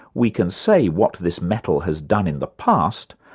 we can say what this metal has done in the past,